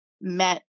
met